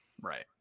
Right